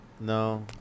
No